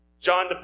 John